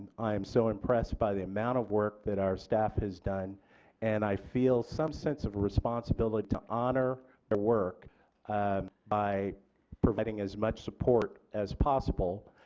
i am so impressed by the amount of work that our staff has done and i feel some sense of responsibility to honor the work by providing as much support as possible